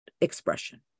expression